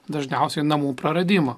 dažniausiai namų praradimo